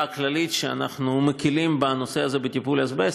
הכללית שאנחנו מקלים בנושא של טיפול באזבסט.